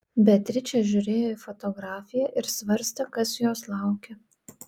beatričė žiūrėjo į fotografiją ir svarstė kas jos laukia